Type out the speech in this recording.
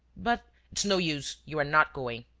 but. it's no use, you are not going.